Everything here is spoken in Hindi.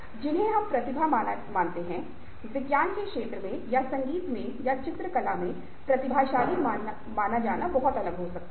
जिन्हें एक प्रतिभा माना जाता है विज्ञान के क्षेत्र में या संगीत में या चित्रकला में प्रतिभाशाली माना जाना बहुत अलग हो सकता है